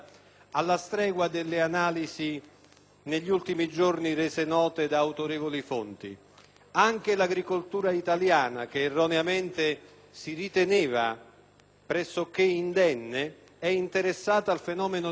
negli ultimi giorni da autorevoli fonti. Anche l'agricoltura italiana, che erroneamente si riteneva pressoché indenne, è interessata al fenomeno generale della recessione economica.